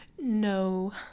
No